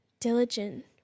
diligent